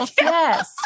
Yes